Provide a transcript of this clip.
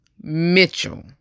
Mitchell